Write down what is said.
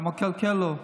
אתה מקלקל לו.